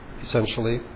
essentially